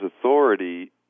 authority